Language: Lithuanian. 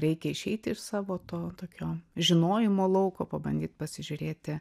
reikia išeiti iš savo to tokio žinojimo lauko pabandyt pasižiūrėti